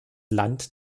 land